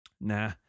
Nah